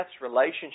relationship